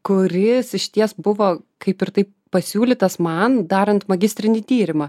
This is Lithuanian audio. kuris išties buvo kaip ir taip pasiūlytas man darant magistrinį tyrimą